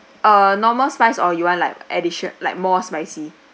uh normal spice or you want like addition~ like more spicy